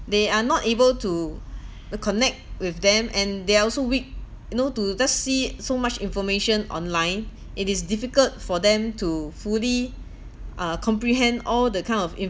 they are not able to uh connect with them and they are also weak you know to just see so much information online it is difficult for them to fully uh comprehend all the kind of